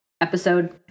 Episode